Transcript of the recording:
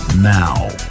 now